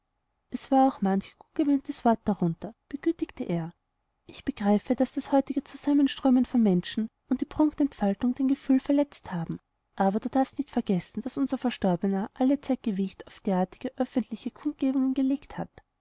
es war auch manch gutgemeintes wort darunter begütigte er ich begreife daß das heutige zusammenströmen von menschen und die prunkentfaltung dein gefühl verletzt haben aber du darfst nicht vergessen daß unser verstorbener allezeit gewicht auf derartige öffentliche kundgebungen gelegt hat